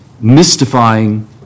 mystifying